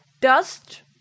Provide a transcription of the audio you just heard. Dust